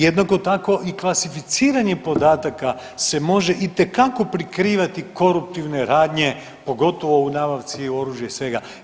Jednako tako i klasificiranje podataka se može itekako prikrivati koruptivne radnje, pogotovo u nabavci oružja i svega.